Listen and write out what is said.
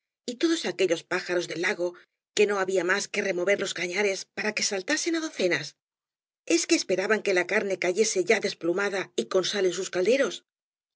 y todos aquellos pájaros del lago que no habia mas que remover ios cañares para que saltasen á docenas es que esperaban que la carne cayese ya desplumada y con sai en sus calderos